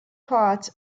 part